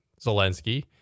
Zelensky